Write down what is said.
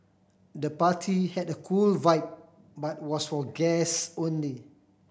the party had a cool vibe but was for guest only